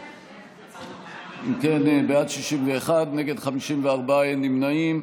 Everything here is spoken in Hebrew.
אם כן, בעד, 61, נגד, 43, אין נמנעים.